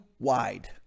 Wide